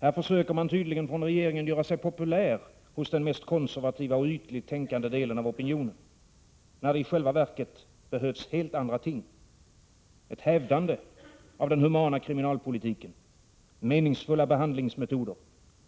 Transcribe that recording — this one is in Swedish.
Här försöker regeringen tydligen att göra sig populär hos den mest konservativa och ytligt tänkande delen av opinionen, när det i själva verket behövs helt andra ting: ett hävdande av den humana kriminalpolitiken, meningsfulla behandlingsmetoder,